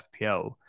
FPL